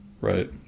right